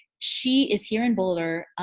she is here in boulder.